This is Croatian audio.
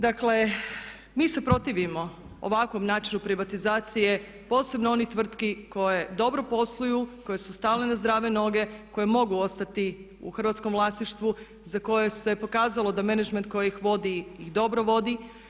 Dakle, mi se protivimo ovakvom načinu privatizacije, posebno onih tvrtki koje dobro posluju, koje su stale na zdrave noge, koje mogu ostati u hrvatskom vlasništvu za koje se pokazalo da menadžment koji ih vodi ih dobro vodi.